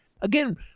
again